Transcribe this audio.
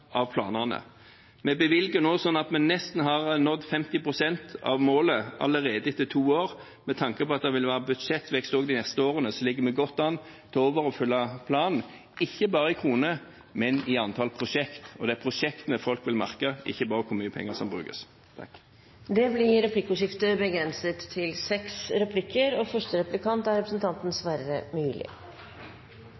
av planene. Vi bevilger nå slik at vi nesten har nådd 50 pst. av målet allerede etter to år. Med tanke på at det vil være budsjettvekst også de neste årene, ligger vi godt an til å overoppfylle planen, ikke bare i kroner, men i antall prosjekter. Og det er prosjektene folk vil merke, ikke bare hvor mye penger som brukes. Det blir replikkordskifte.